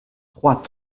trois